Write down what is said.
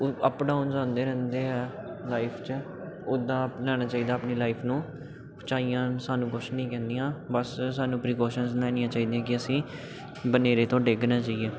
ਉਹ up downs ਆਉਂਦੇ ਰਹਿੰਦੇ ਆ ਲਾਈਫ 'ਚ ਉੱਦਾਂ ਅਪਣਾਉਣਾ ਚਾਹੀਦਾ ਆਪਣੀ ਲਾਈਫ ਨੂੰ ਉਚਾਈਆਂ ਸਾਨੂੰ ਕੁਛ ਨਹੀਂ ਕਹਿੰਦੀਆਂ ਬਸ ਸਾਨੂੰ ਪ੍ਰੀਕੋਸ਼ਨਸ ਲੈਣੀਆਂ ਚਾਹੀਦੀਆਂ ਕਿ ਅਸੀਂ ਬਨੇਰੇ ਤੋਂ ਡਿੱਗ ਨਾ ਜਾਈਏ